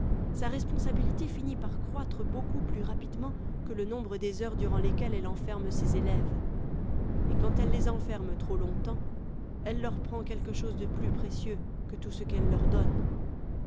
sa responsabilité finit par croître beaucoup plus rapidement que le nombre des heures durant lesquelles elle enferme ses élèves et quand elle les enferme trop longtemps elle leur prend quelque chose de plus précieux que tout ce qu'elle leur donne